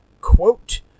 quote